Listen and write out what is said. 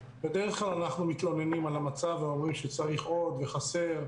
בדרך כלל אנחנו מתלוננים על המצב ואומרים שצריך עוד וחסר,